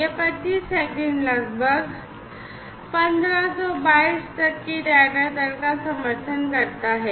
यह प्रति सेकंड लगभग 1500 बाइट्स तक की डेटा दर का समर्थन करता है